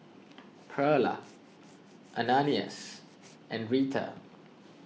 Pearla Ananias and Reta